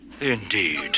Indeed